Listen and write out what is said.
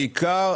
בעיקר,